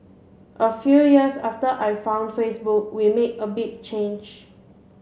a few years after I found Facebook we made a big change